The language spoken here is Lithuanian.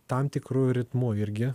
tam tikru ritmu irgi